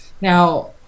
Now